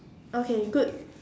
okay good